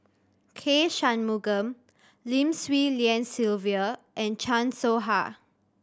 K Shanmugam Lim Swee Lian Sylvia and Chan Soh Ha